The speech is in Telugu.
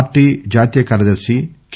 పార్టీ జాతీయ కార్యదర్శి కె